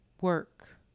work